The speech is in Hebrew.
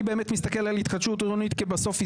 אני באמת מסתכל על התחדשות עירונית כבסוף הזדמנות.